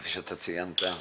כפי שאתה ציינת,